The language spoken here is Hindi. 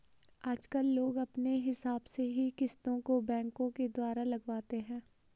आजकल लोग अपने हिसाब से ही किस्तों को बैंकों के द्वारा लगवाते हैं